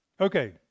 Okay